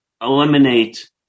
eliminate